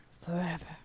Forever